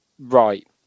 right